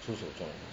出手重